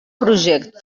project